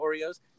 Oreos